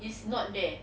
is not there